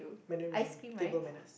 mannerism table manners